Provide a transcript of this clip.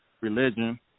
religion